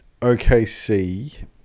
OKC